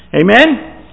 Amen